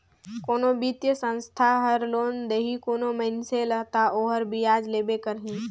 कोनो बित्तीय संस्था हर लोन देही कोनो मइनसे ल ता ओहर बियाज लेबे करही